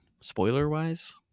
spoiler-wise